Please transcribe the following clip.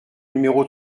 numéro